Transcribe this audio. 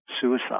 suicide